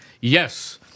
yes